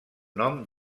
nom